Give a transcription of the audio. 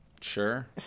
Sure